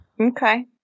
Okay